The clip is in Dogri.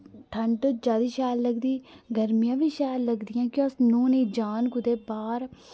ठंड जैदा शैल लगदी गर्मियां बी शैल लगदियां कि अस नौह्ने जान कुतै बाह्र